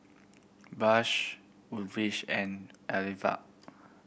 Bush and